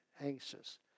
anxious